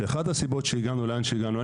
שאחת הסיבות שהגענו לאן שהגענו,